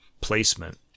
placement